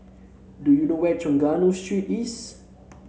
do you know where is Trengganu Street East